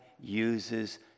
uses